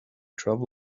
travel